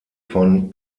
von